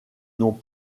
n’ont